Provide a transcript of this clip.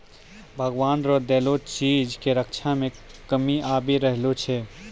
भगवान रो देलो चीज के रक्षा मे कमी आबी रहलो छै